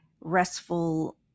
restful